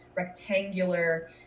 rectangular